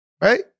Right